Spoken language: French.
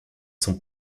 son